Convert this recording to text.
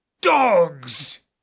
dogs